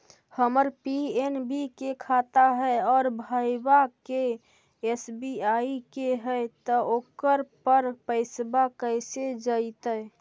हमर पी.एन.बी के खाता है और भईवा के एस.बी.आई के है त ओकर पर पैसबा कैसे जइतै?